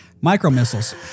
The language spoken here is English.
Micro-missiles